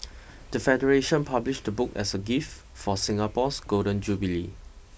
the federation published the book as a gift for Singapore's Golden Jubilee